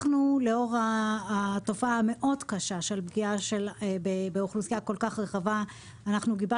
לאור התופעה המאוד קשה של פגיעה באוכלוסייה כל כך רחבה גיבשנו